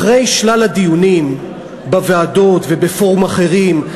אחרי שלל הדיונים בוועדות ובפורומים אחרים,